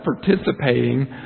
participating